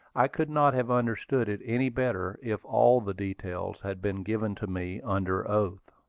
i could not have understood it any better if all the details had been given to me under oath.